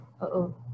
uh-oh